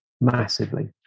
massively